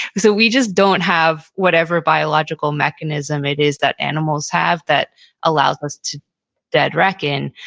so we just don't have whatever biological mechanism it is that animals have that allows us to dead reckon.